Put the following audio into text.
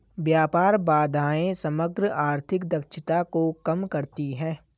व्यापार बाधाएं समग्र आर्थिक दक्षता को कम करती हैं